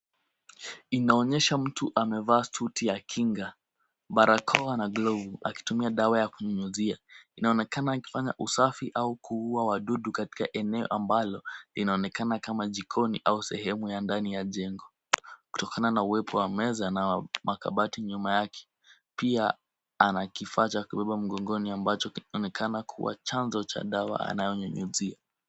Inaonyesha mtu amevaa suti ya kinga. Barakoa na glovu, akitumia dawa ya kunyunyuzia. Inaonekana akifanya usafi au kuuwa wadudu katika eneo ambalo, linaonekana kama jikoni au sehemu ya ndani ya jengo. Kutokana na uwepo wa meza na makabati nyuma yake, pia ana kifaa cha kubeba mgongoni ambacho kinaonekana kuwa chanzo cha dawa anayonyunyuzia.